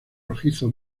rojizo